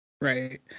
Right